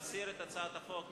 להסיר את הצעת החוק מסדר-היום,